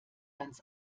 ganz